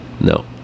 no